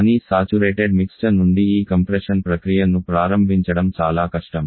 కానీ సాచురేటెడ్ మిశ్రమం నుండి ఈ కంప్రెషన్ ప్రక్రియ ను ప్రారంభించడం చాలా కష్టం